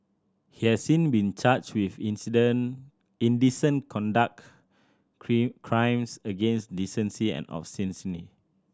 he has since been charged with indecent conduct crimes against decency and obscenity